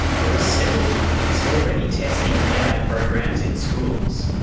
there are several companies already testing ai programs in schools,